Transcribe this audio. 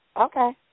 Okay